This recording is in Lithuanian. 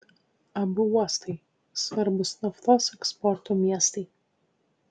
abu uostai svarbūs naftos eksporto miestai